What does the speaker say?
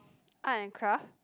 art and craft